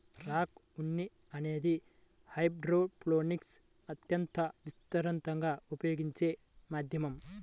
rock ఉన్ని అనేది హైడ్రోపోనిక్స్లో అత్యంత విస్తృతంగా ఉపయోగించే మాధ్యమం